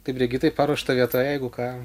tai brigitai paruošta vieta jeigu ką